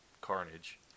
Carnage